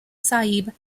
sahib